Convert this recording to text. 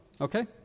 okay